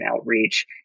outreach